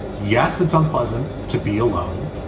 yes, it's unpleasant to be alone.